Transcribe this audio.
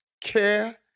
care